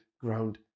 ground